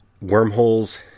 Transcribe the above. wormholes